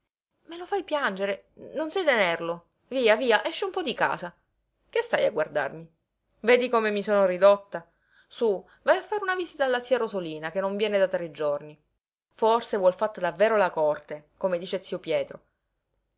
me lo fai piangere non sai tenerlo via via esci un po di casa che stai a guardarmi vedi come mi sono ridotta su va a fare una visita alla zia rosolina che non viene da tre giorni forse vuol fatta davvero la corte come dice zio pietro